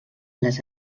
les